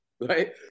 right